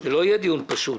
זה לא יהיה דיון פשוט.